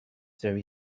there